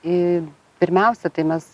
į pirmiausia tai mes